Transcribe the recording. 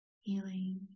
healing